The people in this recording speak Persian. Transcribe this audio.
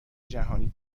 جهانی